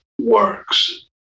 works